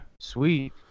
Sweet